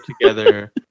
together